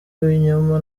ibinyoma